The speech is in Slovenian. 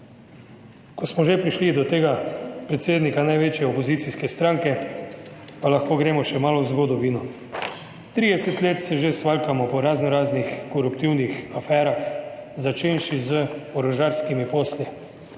Ko smo že prišli do tega predsednika največje opozicijske stranke, pa lahko gremo še malo v zgodovino. 30 let se že svaljkamo po razno raznih koruptivnih aferah, začenši z orožarskimi posli.